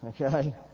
okay